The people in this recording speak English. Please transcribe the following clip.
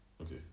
okay